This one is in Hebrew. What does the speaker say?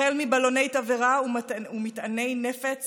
החל מבלוני תבערה ומטעני נפץ